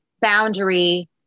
boundary